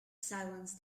silence